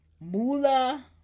Mula